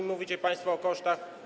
Mówicie państwo o kosztach.